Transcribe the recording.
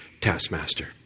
taskmaster